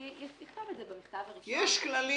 שיכתוב את זה במכתב --- יש כללים,